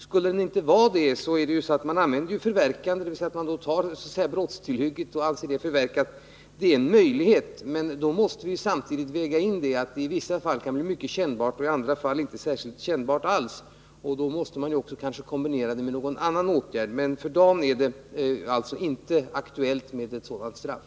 Skulle den inte vara det, är ju förverkande — dvs. att man tar brottillhygget — en möjlighet. Men då måste vi samtidigt väga in att straffet i vissa fall kan bli mycket kännbart och i andra fall inte särskilt kännbart alls. Därför måste det kanske kombineras med någon annan åtgärd. För dagen är det alltså inte aktuellt med ett sådant straff.